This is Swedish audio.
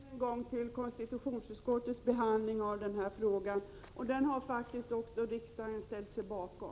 Herr talman! Jag hänvisar än en gång till konstitutionsutskottets behand ling av den här frågan. Den behandlingen har faktiskt riksdagen ställt sig bakom.